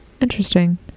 Interesting